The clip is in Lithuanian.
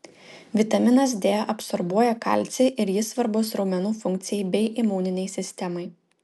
vitaminas d absorbuoja kalcį ir jis svarbus raumenų funkcijai bei imuninei sistemai